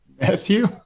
Matthew